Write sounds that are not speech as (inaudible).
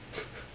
(noise)